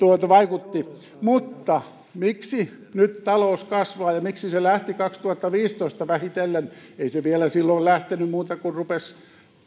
vaikutti mutta miksi nyt talous kasvaa ja miksi se lähti kaksituhattaviisitoista vähitellen ei se vielä silloin lähtenyt muuten kuin rupesi